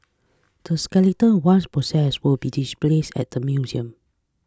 the skeleton once processed will be displayed at the museum